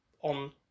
on